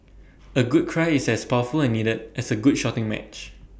A good cry is as powerful and needed as A good shouting match